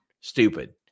Stupid